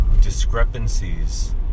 discrepancies